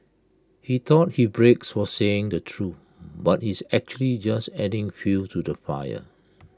he thought he breaks for saying the truth but he's actually just adding fuel to the fire